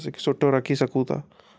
सुठो रखी सघूं था